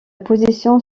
position